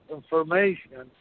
information